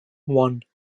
one